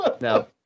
No